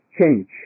change